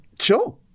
Sure